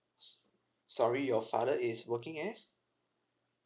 s~ sorry your father is working as